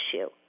issue